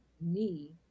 knee